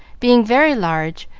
being very large,